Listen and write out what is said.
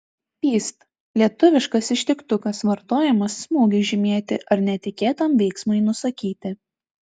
pyst lietuviškas ištiktukas vartojamas smūgiui žymėti ar netikėtam veiksmui nusakyti